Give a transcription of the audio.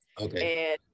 okay